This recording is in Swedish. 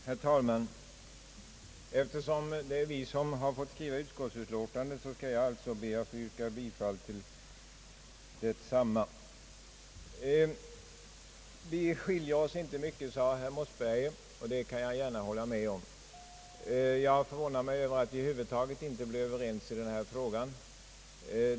Herr talman! Eftersom det är vi som har fått skriva utskottsutlåtandet, skall jag också be att få yrka bifall till detta. Vi skiljer oss inte så mycket, sade herr Mossberger, och det kan jag gärna hålla med om. Jag har förvånat mig över att vi över huvud taget inte blev helt överens i denna fråga.